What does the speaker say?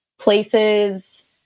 places